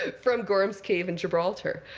ah from gorham's cave in gibraltar.